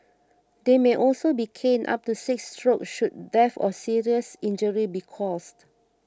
they may also be caned up to six strokes should death or serious injury be caused